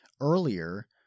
earlier